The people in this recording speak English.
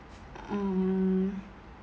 mm